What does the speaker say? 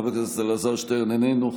איננו,